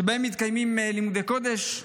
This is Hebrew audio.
שבהן מתקיימים לימודי קודש,